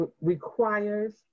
requires